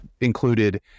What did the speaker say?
included